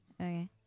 Okay